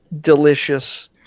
delicious